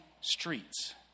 streets